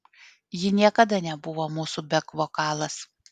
ji niekada nebuvo mūsų bek vokalas